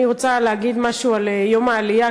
אני רוצה להגיד משהו על יום העלייה,